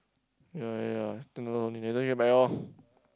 ya ya ya two dollar only later you buy lor